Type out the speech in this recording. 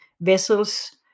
vessels